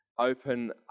open